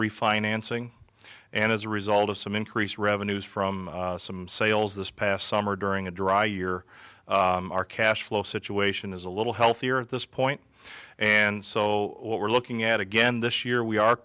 refinancing and as a result of some increased revenues from some sales this past summer during a dry year our cash flow situation is a little healthier at this point and so what we're looking at again this year we are